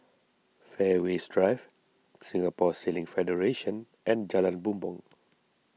Fairways Drive Singapore Sailing Federation and Jalan Bumbong